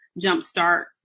jumpstart